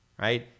right